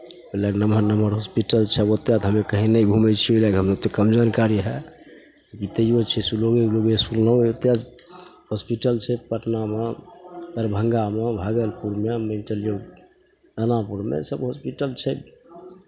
ओहि लए नमहर नमहर हॉस्पिटलसभ ओतेक हम्मे कहीँ नहि घूमै छियै ओहि लए कऽ कम जानकारी हए ई तैयो छै सुनलहुँ सुनलहुँ एतय हॉस्पिटल छै पटनामे दरभंगामे भागलपुरमे मेडिकल जे दानापुरमे सभ हॉस्पिटल छै